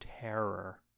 terror